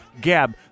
Gab